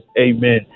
Amen